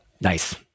nice